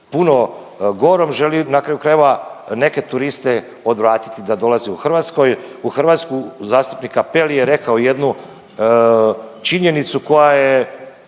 puno gorom, želi na kraju krajeva neke turiste odvratiti da dolaze u Hrvatskoj, u Hrvatsku. Zastupnik Cappelli je rekao jednu činjenicu koja je